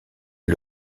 est